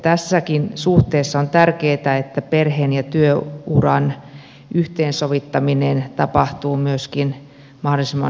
tässäkin suhteessa on tärkeätä että perheen ja työuran yhteensovittaminen tapahtuu mahdollisimman hyvin